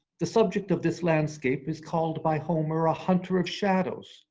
the subject of this landscape, is called by homer, a hunter of shadows,